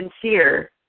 sincere